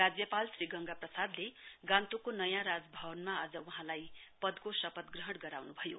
राज्यपाल श्री गंगा प्रसादले गान्तोकको नयाँ राजभवनमा आज वहाँलाई पदको शपथ ग्रहण गराउनुभयो